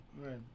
Right